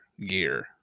gear